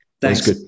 Thanks